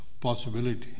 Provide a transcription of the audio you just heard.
possibility